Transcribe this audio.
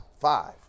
five